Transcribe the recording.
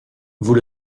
vous